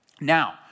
Now